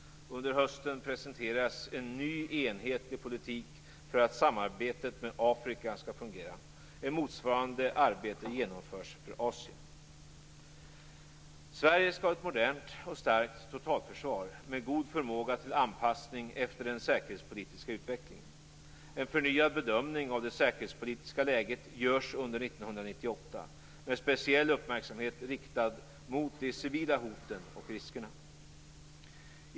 Under hösten presenteras en ny enhetlig politik för samarbetet med Afrika. Ett motsvarande arbete genomförs för Asien. Sverige skall ha ett modernt och starkt totalförsvar med god förmåga till anpassning efter den säkerhetspolitiska utvecklingen. En förnyad bedömning av det säkerhetspolitiska läget görs under 1998 med speciell uppmärksamhet riktad mot de civila hoten och riskerna.